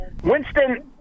Winston